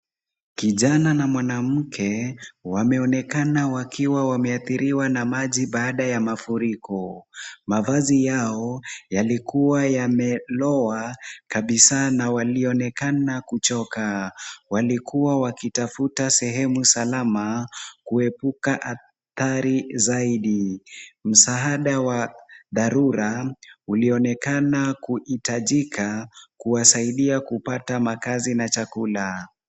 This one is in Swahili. Kijana na mwanamke wameonekana wakiwa wameathiriwa na maji baada ya mafuriko. Mavazi yao yalikuwa yamelowa kabisa na walionekana kuchoka. Walikuwa wakitafuta sehemu salama kuepuka athari zaidi. Msaada wa dharura ulionekana kuhitajika kuwasaidia kupata makaazi na chakula.